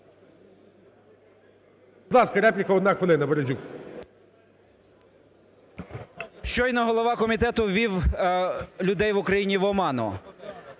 Щойно голова комітету ввів людей в Україні в оману.